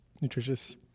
Nutritious